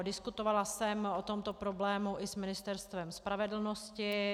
Diskutovala jsem o tomto problému i s Ministerstvem spravedlnosti.